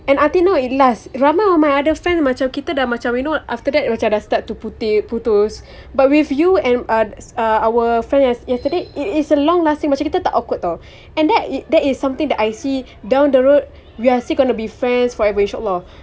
and until now it last ramai of my other friends macam kita dah macam you know after that macam dah start to putik putus but with you and err err our friends yest~ yesterday it is a long lasting macam kita tak awkward [tau] and that that is something that I see down the road we are still gonna be friends forever inshaallah